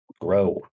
grow